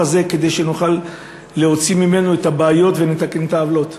הזה כדי שנוכל להוציא ממנו את הבעיות ולתקן את העוולות.